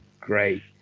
Great